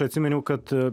atsiminiau kad